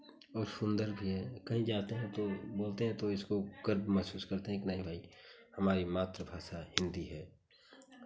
और सुंदर भी है कहीं जाते हैं तो बोलते हैं इसको गर्व महसूस करते हैं कि नहीं भाई हमारी मातृभाषा हिन्दी है